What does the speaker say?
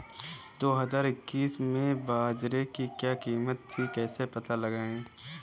दो हज़ार इक्कीस में बाजरे की क्या कीमत थी कैसे पता लगाएँ?